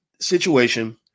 Situation